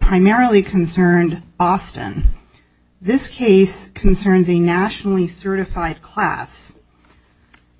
primarily concerned austin this case concerns a nationally certified class